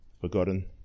Forgotten